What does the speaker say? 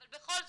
אבל בכל זאת,